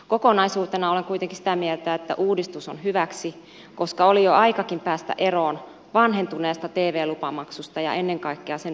kokonaisuutena olen kuitenkin sitä mieltä että uudistus on hyväksi koska oli jo aikakin päästä eroon vanhentuneesta tv lupamaksusta ja ennen kaikkea sen vanhentuneesta tv lupamaksutarkastuskäytännöstä